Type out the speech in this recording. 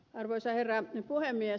arvoisa herra puhemies